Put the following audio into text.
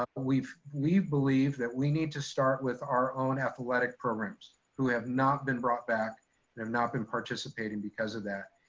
ah we believe that we need to start with our own athletic programs who have not been brought back and have not been participating because of that.